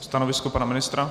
Stanovisko pana ministra?